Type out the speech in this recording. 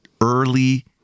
early